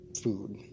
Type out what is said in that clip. food